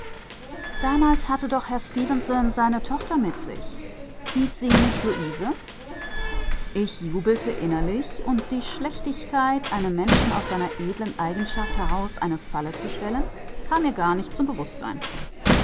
damals hatte doch herr stefenson seine tochter mit sich hieß sie nicht luise ich jubelte innerlich und die schlechtigkeit einem menschen aus einer seiner edlen eigenschaften heraus eine falle zu stellen kam mir gar nicht zum bewußtsein